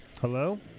hello